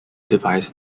devised